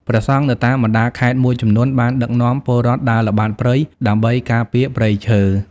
ព្រះសង្ឃនៅតាមបណ្តាខេត្តមួយចំនួនបានដឹកនាំពលរដ្ឋដើរល្បាតព្រៃដើម្បីការពារព្រៃឈើ។